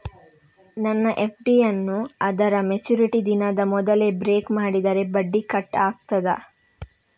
ನನ್ನ ಎಫ್.ಡಿ ಯನ್ನೂ ಅದರ ಮೆಚುರಿಟಿ ದಿನದ ಮೊದಲೇ ಬ್ರೇಕ್ ಮಾಡಿದರೆ ಬಡ್ಡಿ ಕಟ್ ಆಗ್ತದಾ?